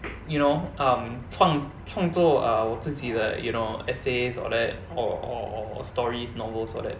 you know um 创创作 err 我自己的 you know essays all that or or or stories novels all that